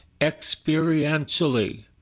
experientially